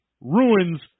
ruins